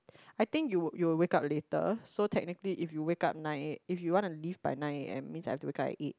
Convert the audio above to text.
I think you would you will wake up later so technically if you wake up nine if you wanna leave by nine a_m means I will have to wake up at eight